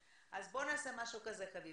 אבל תשתף אותנו במה שקורה,